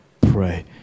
pray